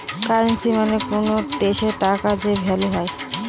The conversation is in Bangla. কারেন্সী মানে কোনো দেশের টাকার যে ভ্যালু হয়